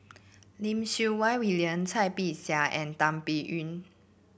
Lim Siew Wai William Cai Bixia and Tan Biyun